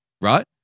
right